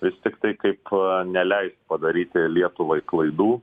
vis tiktai kaip neleist padaryti lietuvai klaidų